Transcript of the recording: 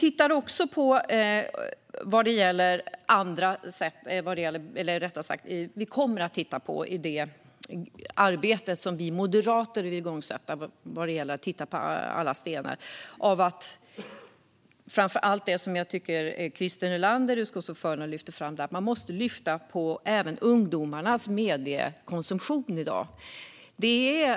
I det arbete som vi moderater vill igångsätta kommer vi att vända på alla stenar. Utskottsordföranden Christer Nylander lyfter fram att vi måste titta även på ungdomarnas mediekonsumtion i dag.